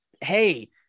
hey